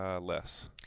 less